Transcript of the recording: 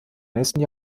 nächsten